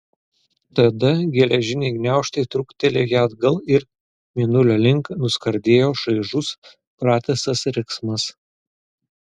tada geležiniai gniaužtai trūktelėjo ją atgal ir mėnulio link nuskardėjo šaižus pratisas riksmas